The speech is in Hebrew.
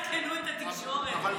אבל ברדוגו, אני מציעה שתעדכנו את התקשורת.